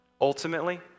ultimately